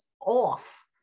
off